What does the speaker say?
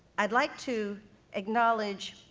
i'd like to acknowledge